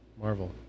Marvel